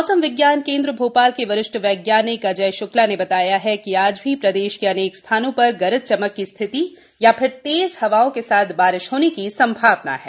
मौसम विज्ञान केन्द्र भोपाल के वरिष्ठ वैज्ञानिक अजय श्क्ला ने बताया कि आज भी प्रदेश के अनेक स्थानों पर गरज चमक की स्थिति या फिर तेज हवाओं के साथ बारिश होने की संभावना है